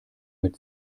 mit